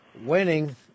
Winning